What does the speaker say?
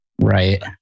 right